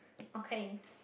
okay